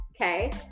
Okay